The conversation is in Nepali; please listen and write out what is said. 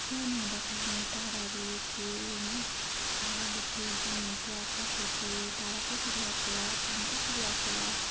सानो हुँदाखेरि म ताराहरू हेर्थेँ होइन तारा हेर्थेँ जुन हेर्थेँ आकाश हेर्थेँ तारा कसरी आएको होला जुन कसरी आएको होला